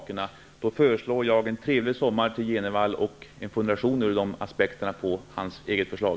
Jag föreslår Bo G. Jenevall en trevlig sommar, med funderingar över de aspekterna av hans eget förslag.